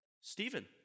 Stephen